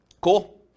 cool